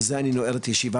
בזה אני נועל את הישיבה.